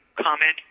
comment